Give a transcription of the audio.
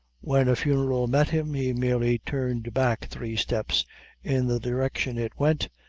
when a funeral met him, he merely turned back three steps in the direction it went,